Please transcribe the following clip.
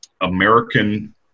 American